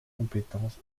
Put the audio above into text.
compétence